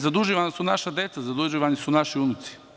Zaduživana su naša deca, zaduživani su naši unuci.